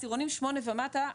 עשירונים 8 ומטה,